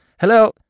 Hello